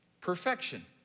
perfection